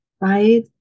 right